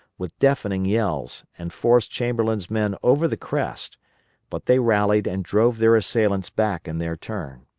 with deafening yells, and forced chamberlain's men over the crest but they rallied and drove their assailants back in their turn.